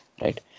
right